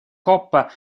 coppa